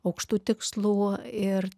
aukštų tikslų ir